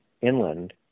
inland